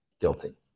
guilty